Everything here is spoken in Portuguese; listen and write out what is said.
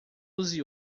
use